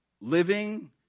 Living